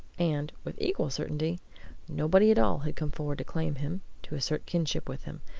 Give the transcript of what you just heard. and with equal certainty nobody at all had come forward to claim him, to assert kinship with him,